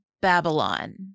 Babylon